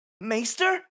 Maester